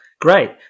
Great